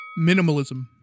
Minimalism